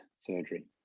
surgery